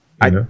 I-